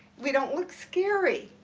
we don't look scary.